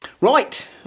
right